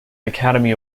academy